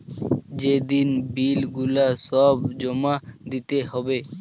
যে দিন বিল গুলা সব জমা দিতে হ্যবে